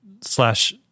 slash